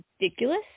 ridiculous